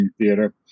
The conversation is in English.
Theater